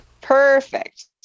Perfect